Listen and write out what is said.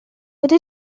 would